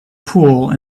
pool